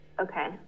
Okay